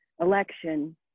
election